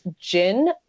gin